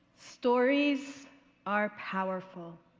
stories are powerful,